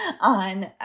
on